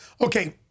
Okay